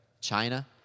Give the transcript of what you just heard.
China